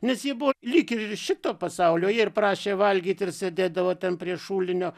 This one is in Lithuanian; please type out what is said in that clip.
nes ji buvo lyg ir šito pasaulio ir prašė valgyti ir sėdėdavo ten prie šulinio